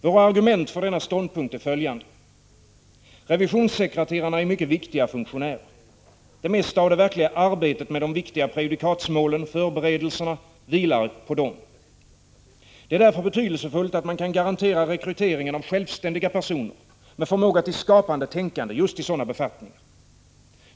Våra argument för denna ståndpunkt är följande. Revisionssekreterarna är mycket viktiga funktionärer. Det mesta av det verkliga arbetet med de viktiga prejudikatsmålen, förberedelserna, vilar på dem. Det är därför betydelsefullt att man kan garantera rekryteringen av självständiga personer, med förmåga till skapande tänkande, till just sådana befattningar.